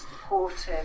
supportive